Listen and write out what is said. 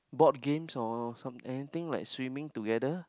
board games or some anything like swimming together